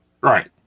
Right